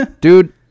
Dude